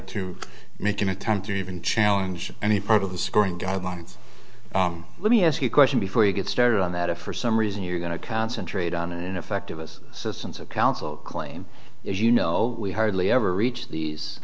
to make an attempt or even challenge any part of the scoring guidelines let me ask you a question before you get started on that for some reason you're going to concentrate on an ineffective us systems of counsel claim as you know we hardly ever reach these